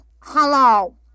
hello